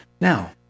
Now